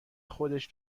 خودش